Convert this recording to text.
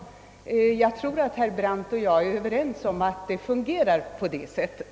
Jag tror att herr Brandt och jag är överens om att det fungerar på det sättet.